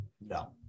No